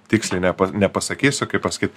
tiksliai nepa nepasakysiu kaip pasakyt